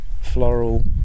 floral